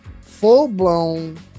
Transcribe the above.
Full-blown